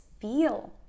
feel